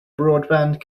broadband